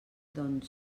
doncs